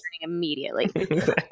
immediately